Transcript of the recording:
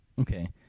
Okay